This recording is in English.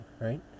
right